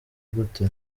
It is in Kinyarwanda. gute